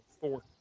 four